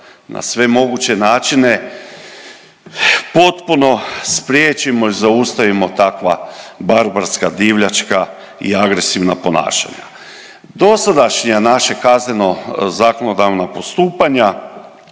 na sve moguće načine potpuno spriječimo i zaustavimo takva barbarska, divljačka i agresivna ponašanja. Dosadašnje naše kazneno zakonodavna postupanja